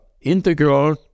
integral